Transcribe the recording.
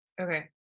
okay